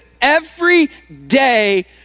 everyday